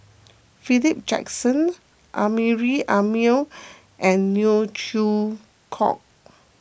Philip Jackson Amrin Amin and Neo Chwee Kok